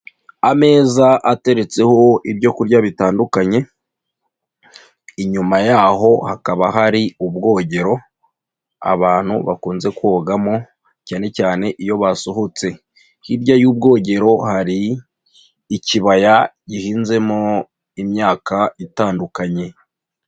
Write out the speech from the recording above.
Ameza ateretseho ibyo kurya bitandukanye, inyuma yaho hakaba hari ubwogero abantu bakunze kogamo cyanecyane iyo basohotse. Hirya y'ubwogero hari ikibaya gihinzemo imyaka itandukanye.